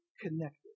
connected